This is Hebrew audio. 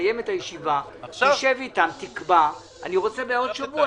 שכשנסיים את הישיבה תשב אתם ותקבע כי אני רוצה בעוד שבוע